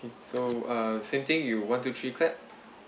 so uh same thing you one two three clap